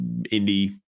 indie